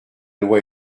loi